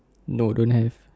no don't have